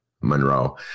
Monroe